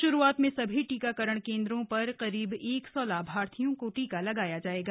श्रूआत में सभी टीकाकरण केन्द्रों पर करीब एक सौ लाभार्थियों को टीका दिया जायेगा